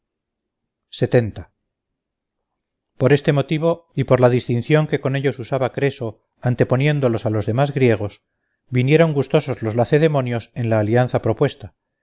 regalo por este motivo y por la distinción que con ellos usaba creso anteponiéndolos a los demás griegos vinieron gustosos los lacedemonios en la alianza propuesta